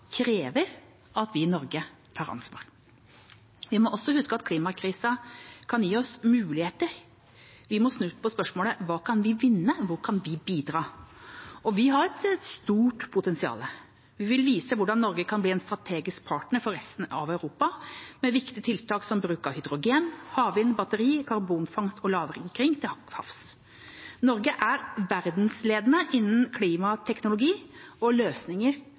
krever at vi i Norge tar ansvar. Vi må også huske at klimakrisen kan gi oss muligheter. Vi må snu på spørsmålet: Hva kan vi vinne? Hvor kan vi bidra? Vi har et stort potensial. Vi vil vise hvordan Norge kan bli en strategisk partner for resten av Europa, med viktige tiltak som bruk av hydrogen, havvind, batterier og karbonfangst og -lagring til havs. Norge er verdensledende innen klimateknologi og løsninger